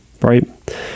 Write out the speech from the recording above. Right